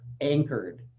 anchored